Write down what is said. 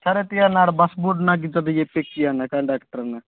సరే తీ అన్న అక్కడ బస్సు బోర్డు ఉన్నది నాకు ఇట్లా చెప్పి ఎక్కివ్వు అన్నా కండక్టర్ అన్నా